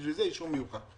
בשביל זה אישור מיוחד?